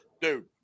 dude